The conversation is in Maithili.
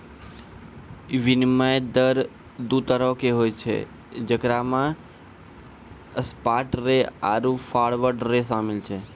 विनिमय दर दु तरहो के होय छै जेकरा मे स्पाट रेट आरु फारवर्ड रेट शामिल छै